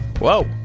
Whoa